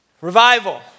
revival